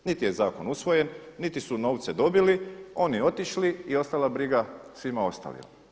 Niti je zakon usvojen, niti su novce dobili, oni otišli i ostala briga svima ostalima.